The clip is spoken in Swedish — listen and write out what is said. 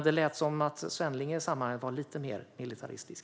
Det lät som att Svenneling i det sammanhanget var lite mer militärisk.